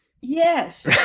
Yes